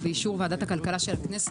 ובאישור ועדת הכלכלה של הכנסת,